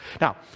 Now